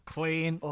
Queen